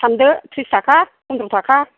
सानदो थ्रिस थाखा फन्द्र' थाखा